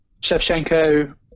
Shevchenko